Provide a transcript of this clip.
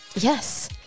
Yes